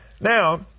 Now